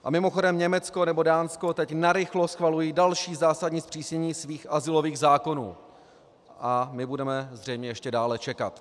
A mimochodem, Německo nebo Dánsko teď narychlo schvalují další zásadní zpřísnění svých azylových zákonů a my budeme zřejmě ještě dále čekat.